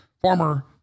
former